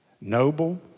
noble